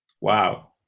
Wow